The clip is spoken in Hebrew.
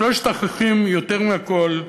שלושת החוקים, יותר מכול,